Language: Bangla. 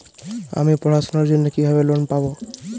আমি পড়াশোনার জন্য কিভাবে লোন পাব?